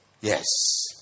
Yes